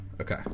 Okay